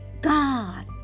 God